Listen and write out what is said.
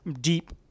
deep